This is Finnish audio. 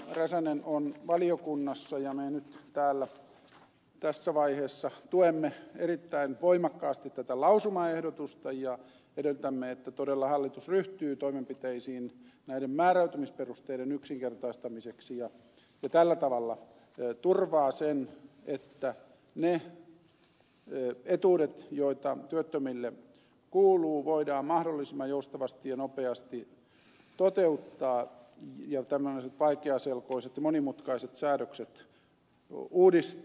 räsänen on valiokunnassa ja me nyt täällä tässä vaiheessa tuemme erittäin voimakkaasti tätä lausumaehdotusta ja edellytämme että todella hallitus ryhtyy toimenpiteisiin näiden määräytymisperusteiden yksinkertaistamiseksi ja tällä tavalla turvaa sen että ne etuudet joita työttömille kuuluu voidaan mahdollisimman joustavasti ja nopeasti toteuttaa ja tämmöiset vaikeaselkoiset ja monimutkaiset säädökset uudistaa